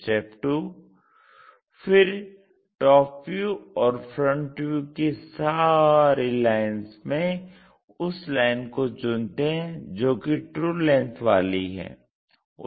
2 फिर TV और FV की सारी लाइन्स में उस लाइन को चुनते हैं जो कि ट्रू लेंथ वाली है